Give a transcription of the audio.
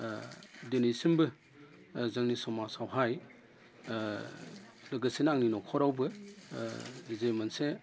दिनैसिमबो जोंनि समाजावहाय लोगोसेनो आंनि न'खरावबो गिदिर मोनसे